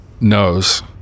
knows